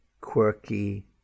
quirky